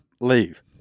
leave